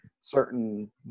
certain